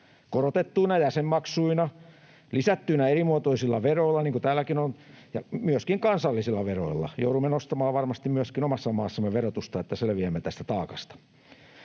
korotettuina jäsenmaksuina, lisättyinä erimuotoisilla veroilla, niin kuin täälläkin on, ja myöskin kansallisilla veroilla. Joudumme nostamaan varmasti myöskin omassa maassamme verotusta, että selviämme tästä taakasta.